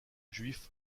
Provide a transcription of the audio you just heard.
juifs